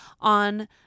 on